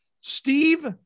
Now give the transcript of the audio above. Steve